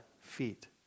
feet